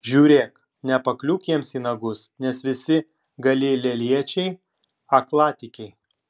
žiūrėk nepakliūk jiems į nagus nes visi galilėjiečiai aklatikiai